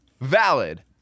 valid